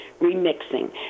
remixing